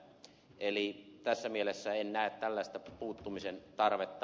eli tässä mielessä en näe tällaista puuttumisen tarvetta